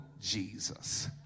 Jesus